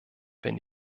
wenn